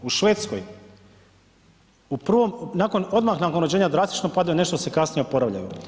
U Švedskoj u prvom, nakon, odmah nakon rođenja drastično padaju, nešto se kasnije oporavljaju.